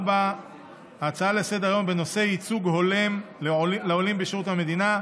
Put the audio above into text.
4. הצעה לסדר-היום בנושא: ייצוג הולם לעולים בשירות המדינה,